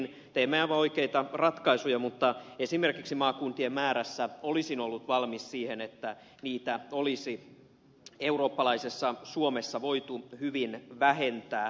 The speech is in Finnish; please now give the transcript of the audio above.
teimme aivan oikeita ratkaisuja mutta esimerkiksi maakuntien määrässä olisin ollut valmis siihen että niitä olisi eurooppalaisessa suomessa voitu hyvin vähentää